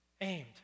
aimed